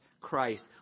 Christ